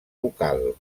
bucal